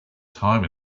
time